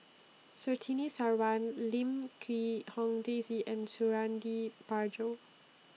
Surtini Sarwan Lim Quee Hong Daisy and Suradi Parjo